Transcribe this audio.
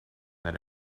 that